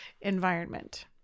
environment